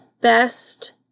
best